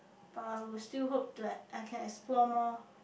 but I will still hope to like I can explore more